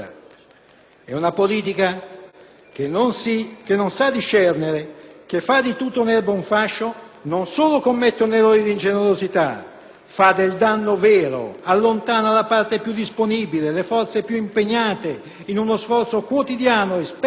e una politica che non sa discernere, che fa di tutta l'erba un fascio, non solo commette un errore di ingenerosità, ma fa del danno vero, allontana la parte più disponibile, le forze più impegnate in uno sforzo quotidiano e spesso